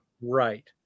Right